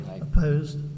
Opposed